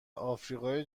آفریقای